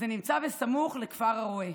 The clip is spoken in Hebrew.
זה נמצא סמוך לכפר הרא"ה.